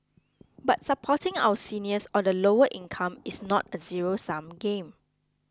but supporting our seniors or the lower income is not a zero sum game